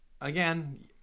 Again